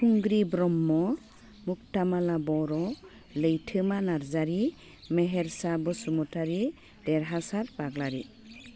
खुंग्रि ब्रह्म मुगथा माला बर' लैथोमा नार्जारि मेहेरसा बसुमतारि देरहासार बाग्लारि